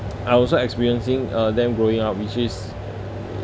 I also experiencing uh them growing up which is